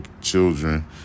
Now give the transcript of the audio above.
children